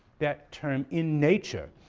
that term in nature,